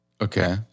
Okay